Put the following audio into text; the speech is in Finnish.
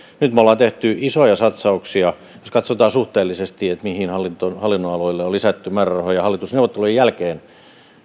nyt me olemme tehneet isoja satsauksia jos katsotaan suhteellisesti mihin hallinnonaloille on lisätty määrärahoja hallitusneuvottelujen jälkeen